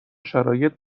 شرایط